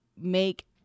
make